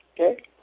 okay